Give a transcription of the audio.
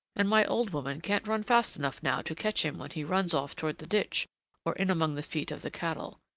and my old woman can't run fast enough now to catch him when he runs off toward the ditch or in among the feet of the cattle.